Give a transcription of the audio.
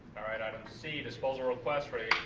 right, item c, disposal request rate,